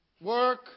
Work